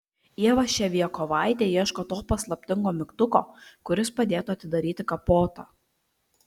ieva ševiakovaitė ieško to paslaptingo mygtuko kuris padėtų atidaryti kapotą